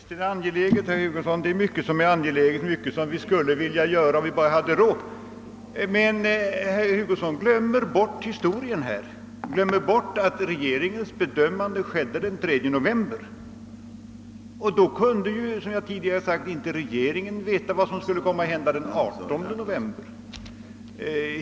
Herr talman! Visst är detta ett angeläget projekt men det finns mycket som är angeläget, mycket som vi skulle vilja göra, om vi hade råd. Herr Hugosson glömmer emellertid bort historien här. Han glömmer bort att regeringens bedömning skedde den 3 november. Då kunde, som jag tidigare sagt, regeringen inte veta vad som skulle komma att hända den 18 november.